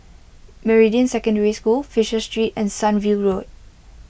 Meridian Secondary School Fisher Street and Sunview Road